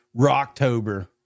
Rocktober